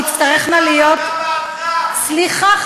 סליחה,